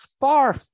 far